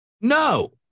no